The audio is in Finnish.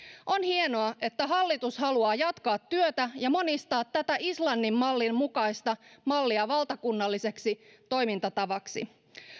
on hienoa että hallitus haluaa jatkaa työtä ja monistaa tätä islannin mallin mukaista mallia valtakunnalliseksi toimintatavaksi